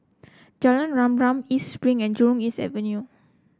Jalan Rama Rama East Spring and Jurong East Avenue